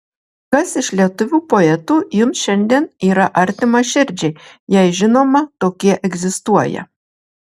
kas iš lietuvių poetų jums šiandien yra artimas širdžiai jei žinoma tokie egzistuoja